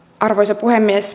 arvoisa puhemies